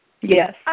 Yes